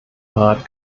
rat